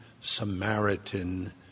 Samaritan